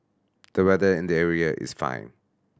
the weather in the area is fine